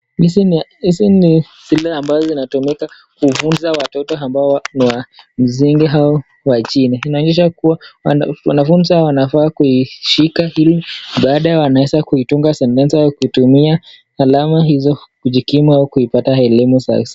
Hizi ni zile ambazo zinatumika kufunza watoto ambao ni wa msingi au wa chini inaonyesha kuwa wanafunzi hawa wanafaa kuishika ili baadaye wanaweza kuitunga sentensi au kutumia alama hizo kujikimu au kuipata elimu...